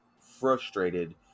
frustrated